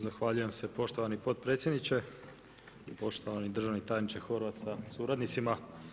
Zahvaljujem se poštovani potpredsjedniče, poštovani državni tajniče Horvat sa suradnicima.